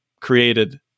created